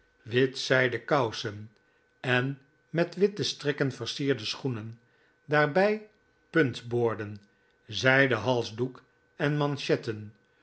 wit zijden kousen en met witte strikken versierde schoenen daarbij puntboorden zijden halsdoek en machetten